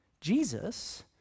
Jesus